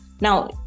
Now